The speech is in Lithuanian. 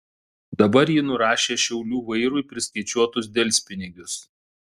dabar ji nurašė šiaulių vairui priskaičiuotus delspinigius